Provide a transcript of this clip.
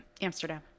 Amsterdam